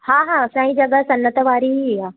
हा हा साईं जॻह सनत वारी ई आहे